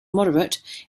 moderate